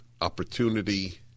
opportunity